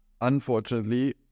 Unfortunately